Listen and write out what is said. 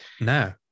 no